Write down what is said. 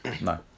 No